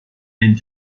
and